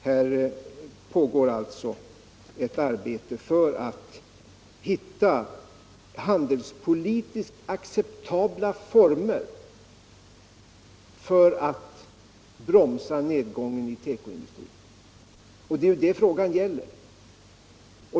Här pågår alltså ett arbete för att hitta handelspolitiskt acceptabla former för att bromsa nedgången i tekoindustrin. Det är det frågan gäller.